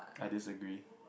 I disagree